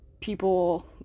people